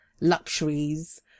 luxuries